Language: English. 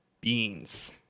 beans